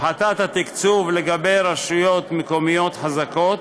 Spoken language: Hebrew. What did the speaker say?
הפחתת התקצוב לגבי רשויות מקומיות חזקות,